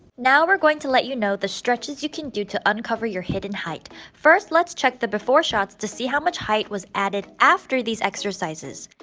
now we're going to let you know the stretches you can do to uncover your hidden height. first, let's check the before shots to see how much height was added after these exercises.